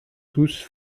tous